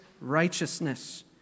righteousness